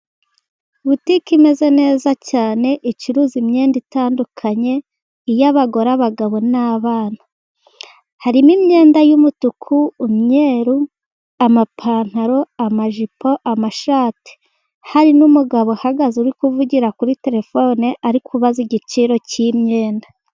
Butiki imeze neza cyane ,icururuza imyenda itandukanye: iy'abagore, abagabo n'abana .Harimo imyenda y'umutuku, umweru, amapantaro ,amajipo ,amashati . Hari n'umugabo uhagaze uri kuvugira kuri telefone ari kubaza igiciro cy'imyenda.